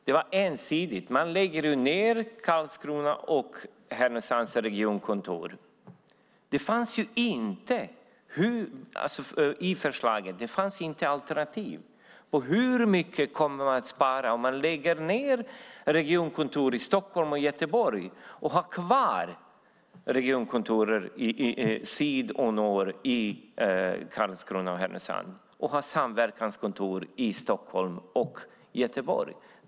Det var ensidigt; man lägger nu ned Karlskronas och Härnösands regionkontor. Det fanns ju inte något alternativ i förslaget. Hur mycket kommer man att spara om man lägger ned regionkontor i Stockholm och Göteborg, har kvar regionkontoren i syd och nord, i Karlskrona och Härnösand, och har samverkanskontor i Stockholm och Göteborg?